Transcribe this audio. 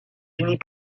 finit